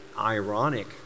ironic